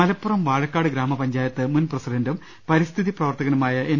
മലപ്പുറം വാഴക്കാട് ഗ്രാമപഞ്ചായത്ത് മുൻ പ്രസിഡന്റും പരിസ്ഥിതി പ്രവർത്തകനുമായ എൻ